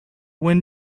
wind